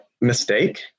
mistake